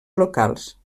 locals